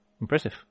Impressive